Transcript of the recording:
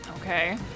Okay